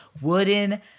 wooden